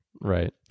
right